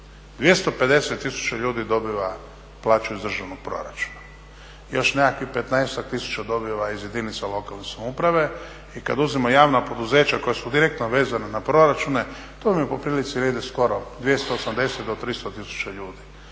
250 tisuća ljudi dobiva plaću iz državnog proračuna. Još nekakvih 15-ak tisuća dobiva iz jedinica lokalne samouprave i kad uzmemo javna poduzeća koja su direktno vezana na proračune, to vam je po prilici negdje skoro 280 do 300 tisuća ljudi.